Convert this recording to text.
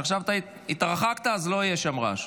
עכשיו אתה התרחקת אז לא יהיה שם רעש.